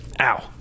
Ow